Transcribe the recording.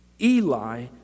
Eli